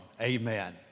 Amen